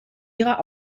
ihrer